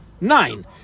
Nine